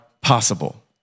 possible